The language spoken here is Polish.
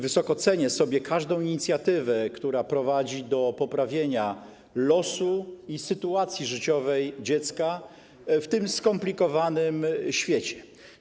Wysoko cenię sobie każdą inicjatywę, która prowadzi do poprawienia losu i sytuacji życiowej dziecka w tym skomplikowanym świecie.